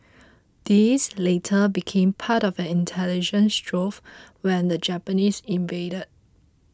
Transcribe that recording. these later became part of an intelligence trove when the Japanese invaded